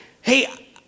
hey